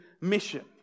mission